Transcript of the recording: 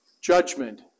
judgment